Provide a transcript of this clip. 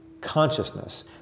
consciousness